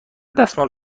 دستمال